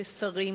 כשרים,